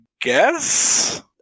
guess